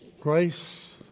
Grace